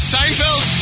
Seinfeld